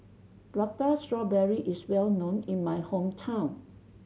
Prata Strawberry is well known in my hometown